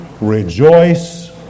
rejoice